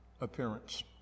appearance